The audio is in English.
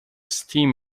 stream